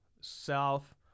south